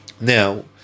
Now